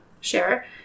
share